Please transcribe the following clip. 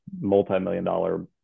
multi-million-dollar